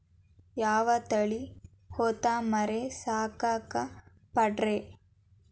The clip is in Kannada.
ಯಾವ ತಳಿ ಹೊತಮರಿ ಸಾಕಾಕ ಪಾಡ್ರೇ?